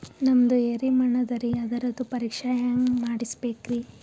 ನಮ್ದು ಎರಿ ಮಣ್ಣದರಿ, ಅದರದು ಪರೀಕ್ಷಾ ಹ್ಯಾಂಗ್ ಮಾಡಿಸ್ಬೇಕ್ರಿ?